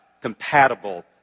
compatible